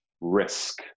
risk